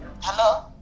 Hello